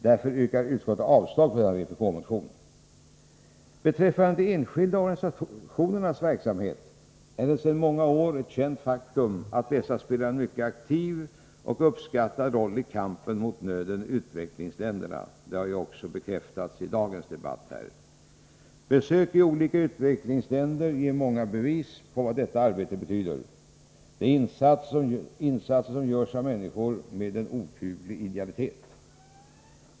Därför yrkar utskottet avslag på denna vpk-motion. Beträffande de enskilda organisationernas verksamhet är det sedan många år ett känt faktum att dessa spelar en mycket aktiv och uppskattad roll i kampen mot nöden i utvecklingsländerna. Det har bekräftats tidigare i dagens debatt. Besök i olika utvecklingsländer ger många bevis på vad detta arbete betyder. Det gäller insatser som görs av människor med en okuvlig idealitet.